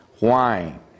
wine